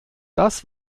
das